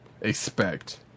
expect